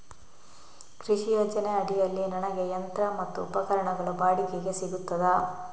ಕೃಷಿ ಯೋಜನೆ ಅಡಿಯಲ್ಲಿ ನನಗೆ ಯಂತ್ರ ಮತ್ತು ಉಪಕರಣಗಳು ಬಾಡಿಗೆಗೆ ಸಿಗುತ್ತದಾ?